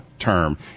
term